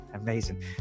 amazing